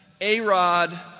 A-Rod